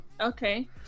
Okay